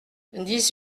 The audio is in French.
dix